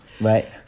Right